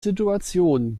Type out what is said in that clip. situation